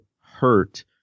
hurt